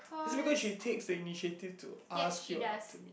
is it because she takes the initiative to ask you out to meet